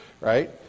right